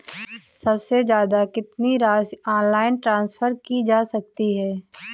सबसे ज़्यादा कितनी राशि ऑनलाइन ट्रांसफर की जा सकती है?